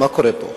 מה קורה פה?